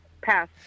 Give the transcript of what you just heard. Pass